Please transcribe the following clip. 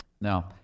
Now